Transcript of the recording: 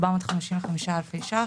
36.455 מיליון שקלים.